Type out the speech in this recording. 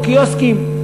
או קיוסקים.